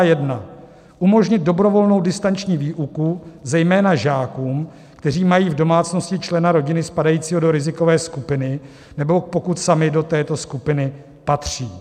I. umožnit dobrovolnou distanční výuku zejména žáků, kteří mají v domácnosti člena rodiny spadajícího do rizikové skupiny nebo pokud sami do této skupiny patří;